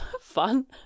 Fun